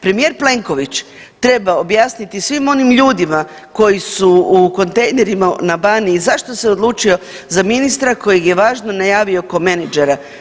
Premijer Plenković treba objasniti svim onim ljudima koji su u kontejnerima na Baniji zašto se odlučio za ministra kojeg je važno najavio ko menadžera.